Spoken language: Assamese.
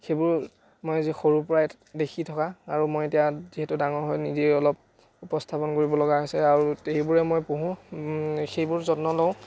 সেইবোৰ মই যি সৰুৰ পৰাই দেখি থকা আৰু মই এতিয়া যিহেতু ডাঙৰ হৈ নিজেই অলপ উপস্থাপন কৰিবলগা হৈছে আৰু সেইবোৰে মই পুহোঁ সেইবোৰ যত্ন লওঁ